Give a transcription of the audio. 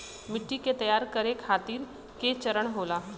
मिट्टी के तैयार करें खातिर के चरण होला?